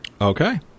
Okay